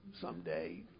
someday